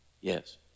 Yes